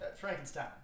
frankenstein